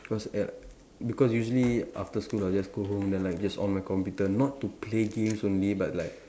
cause err because usually after school I'll just go home then like just on my computer not to play games only but like